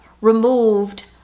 removed